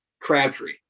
Crabtree